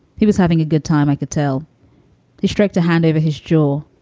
he was having a good time, i could tell you, straight to hand over his jaw.